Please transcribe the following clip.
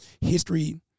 History